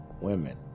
women